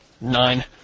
Nine